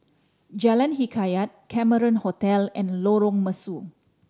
Jalan Hikayat Cameron Hotel and Lorong Mesu